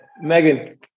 Megan